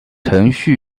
程序